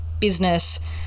business